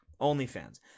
OnlyFans